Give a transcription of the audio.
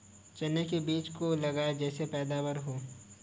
चने के किस बीज को लगाएँ जिससे पैदावार ज्यादा हो?